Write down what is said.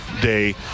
day